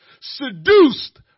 Seduced